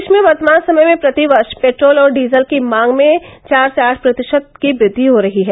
प्रदेश में वर्तमान समय में प्रतिवर्ष पेट्रोल और डीजल की मांग में आठ से चार प्रतिशत की वृद्वि हो रही है